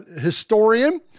historian